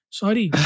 sorry